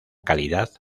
calidad